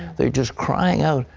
they're just crying out,